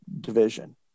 division